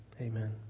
amen